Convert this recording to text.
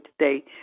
today